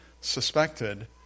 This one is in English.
suspected